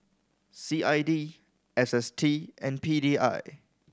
C I D S S T and P D I